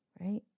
Right